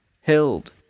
held